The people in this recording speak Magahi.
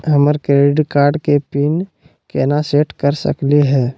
हमर क्रेडिट कार्ड के पीन केना सेट कर सकली हे?